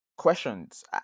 Questions